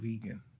vegan